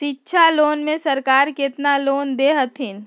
शिक्षा लोन में सरकार केतना लोन दे हथिन?